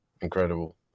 Incredible